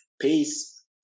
peace